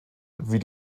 wie